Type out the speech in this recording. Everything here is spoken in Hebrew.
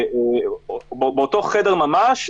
אני מברכת גם על זה כי זה קריטי, זו פגיעה דרמטית